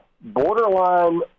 borderline